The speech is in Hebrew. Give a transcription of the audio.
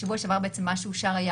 בשבוע שעבר מה שאושר היה